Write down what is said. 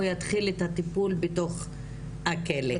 הוא יתחיל את הטיפול בתוך הכלא,